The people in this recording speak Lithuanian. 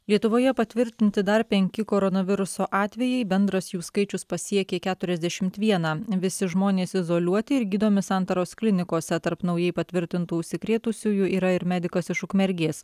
lietuvoje patvirtinti dar penki koronaviruso atvejai bendras jų skaičius pasiekė keturiasdešimt vieną visi žmonės izoliuoti ir gydomi santaros klinikose tarp naujai patvirtintų užsikrėtusiųjų yra ir medikas iš ukmergės